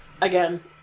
Again